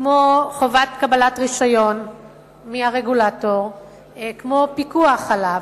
כמו חובת קבלת רשיון מהרגולטור, כמו פיקוח עליו,